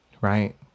right